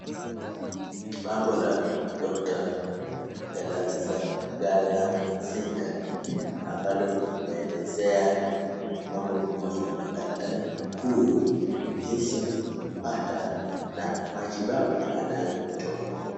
Bango la doctor Galazinga ambalo linaelezea mambo kuhusu daktari huyu, jinsi ya kumpata na matibabu anayotoa.